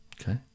Okay